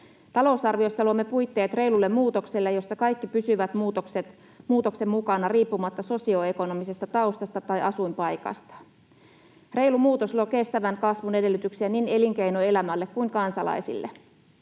Talousarviossa luomme puitteet reilulle muutokselle, jossa kaikki pysyvät muutoksen mukana riippumatta sosioekonomisesta taustasta tai asuinpaikasta. Reilu muutos luo kestävän kasvun edellytyksiä niin elinkeinoelämälle kuin kansalaisille.